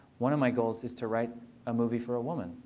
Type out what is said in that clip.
one of my goals is to write a movie for a woman,